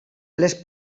les